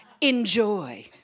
Enjoy